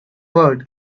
word